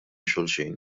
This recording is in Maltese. xulxin